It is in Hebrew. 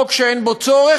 חוק שאין בו צורך,